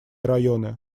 районы